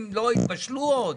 הם לא התבשלו עוד.